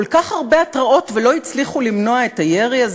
כל כך הרבה התרעות ולא הצליחו למנוע את הירי הזה?